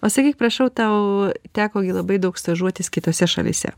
pasakyk prašau tau teko gi labai daug stažuotis kitose šalyse